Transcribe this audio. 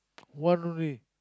one only